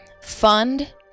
fund